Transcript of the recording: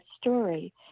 story